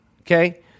Okay